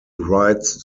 writes